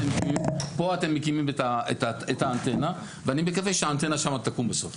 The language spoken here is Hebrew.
פה אתם מקימים את האנטנה ואני מקווה שהאנטנה שם תקום בסוף.